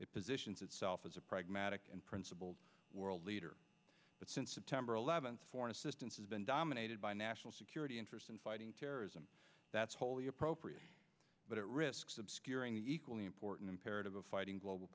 it positions itself as a pragmatic and principled world leader but since september eleventh foreign assistance has been dominated by national security interests in fighting terrorism that's wholly appropriate but it risks obscuring the equally important imperative of fighting global